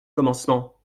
commencement